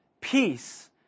peace